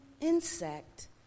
insect